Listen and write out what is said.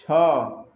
ଛଅ